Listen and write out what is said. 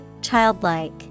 Childlike